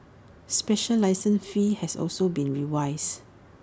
special license fees have also been revised